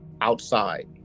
outside